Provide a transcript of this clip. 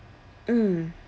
mm